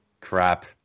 Crap